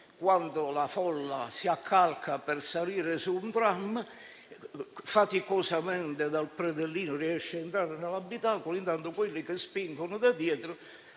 quando la folla si accalca per salire su un tram, faticosamente dal predellino riesce a entrare nell'abitacolo, intanto quelli che spingono da dietro